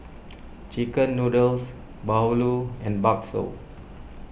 Chicken Noodles Bahulu and Bakso